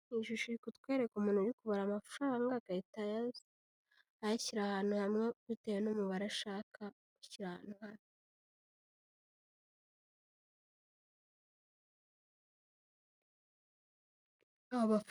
Iyi shusho iri kutwereka umuntu uri kubara amafaranga agahita ayashyira ahantu hamwe, bitewe n'umubare ashaka, akayashyira ahantu hamwe.